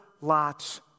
Lot's